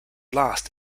last